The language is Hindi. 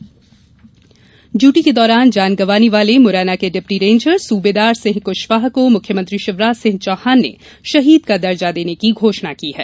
शहीद दर्जा ड़यूटी के दौरान जान गंवाने वाले मुरैना के डिप्टी रेंजर सूबेदार सिंह कृशवाह को मुख्यमंत्री शिवराज सिंह चौहान ने शहीद का दर्जा देने की घोषणा की है